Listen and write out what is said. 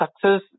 success